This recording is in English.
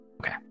Okay